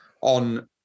on